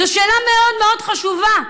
זו שאלה מאוד מאוד חשובה,